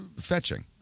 fetching